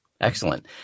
Excellent